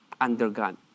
undergone